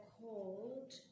called